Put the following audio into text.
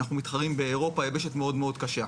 אנחנו מתחרים באירופה, יבשת מאוד מאוד קשה.